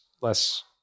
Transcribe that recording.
less